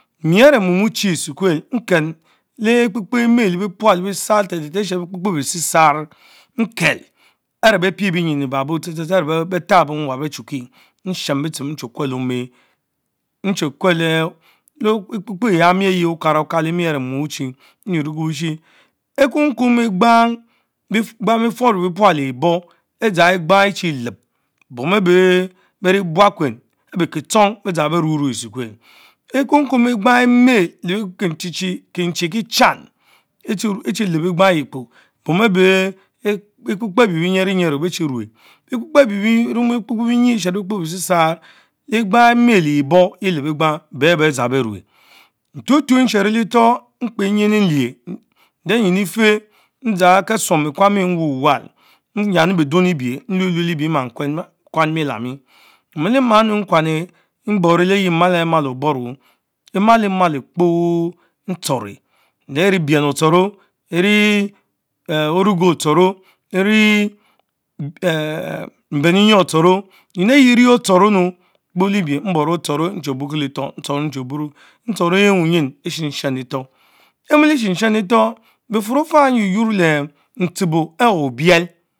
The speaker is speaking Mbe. Mieh ere mom uchie esukuel nken, le ekpepkeh ime, bepyal, besarr, thtech teh tehh nohero bekpekpek besiesar nkel arch beh Die benyin ebabo bechukie are be taurh Agar boh beohukie; nshen nche Kuel leh ekpekpeh eyamrie eyeh Okara okalemis aré mom uchie, nyuorr ekubushi, Kumkum beqbang befur le bequal Le eborr, edja ensang echi chie leb bom eber beh vie buikwen ah bel kichong beh deang bek me esukul, Ekum Kum Egbang Eme le Kitchinchin kie chan fchie leb ekpang eyiekpo bom eben biekpe-kpen ep ehh bieb bare nyere nyera becane much, bekpe Kpen emme bekpekpe bienyis esvero bekpekpeh biesiesarry egbang ime le eborn ectue- leb ekpang, bee ben digang bee ruch Nature Ashero. Letor nkpemym nlier, nde myin efeh ndgang kesom ekwami mwanial, nyami bie ding lebich, nhuelue Leliebie Kuan miel amie, Emile many nkwane, mboner lergie matthe mal Oboro, Emalema to kpoh ntchoreh lerie bien etchoro le ne orogo otchoro lenie mberenyo otchord nyim enh tie rie atashoro beliebich mboro otichoro nuleyie wa le tor, ntchoro nche burki Lefor, ntchoren heh unyin nchie buro letor, Emile Shen shen lefoh befur ofah nynongurr le ntchebo ah obiel.